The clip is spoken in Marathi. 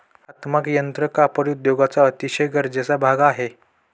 हातमाग यंत्र कापड उद्योगाचा अतिशय गरजेचा भाग आहे